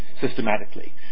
systematically